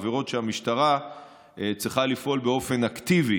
עבירות שהמשטרה צריכה לפעול באופן אקטיבי